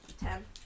Ten